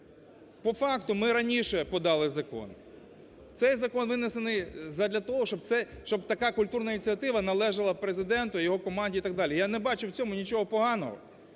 По факту, ми раніше подали закон. Цей закон винесений задля того, щоб це… щоб така культурна ініціатива належала Президенту, його команді і так далі. Я не бачу в цьому нічого поганого,